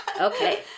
Okay